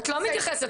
תתני לי להתייחס.